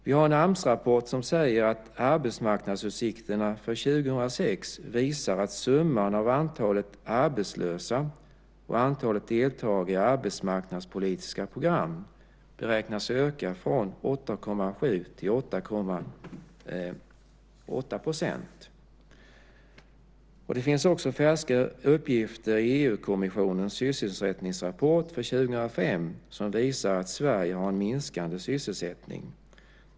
Vi har en Amsrapport där arbetsmarknadsutsikterna för 2006 visar att summan av antalet arbetslösa och antalet deltagare i arbetsmarknadspolitiska program beräknas öka från 8,7 % till 8,8 %. Det finns också färska uppgifter i EU-kommissionens sysselsättningsrapport för 2005 som visar att Sverige har en minskande sysselsättning.